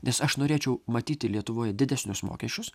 nes aš norėčiau matyti lietuvoje didesnius mokesčius